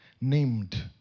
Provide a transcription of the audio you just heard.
named